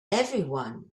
everyone